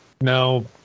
No